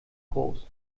groß